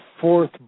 fourth